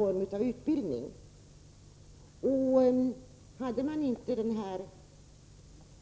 Om man i glesbygderna inte hade denna